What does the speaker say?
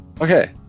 Okay